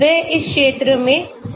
वह इस क्षेत्र में है